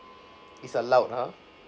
it's allowed ha